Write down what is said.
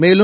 மேலும்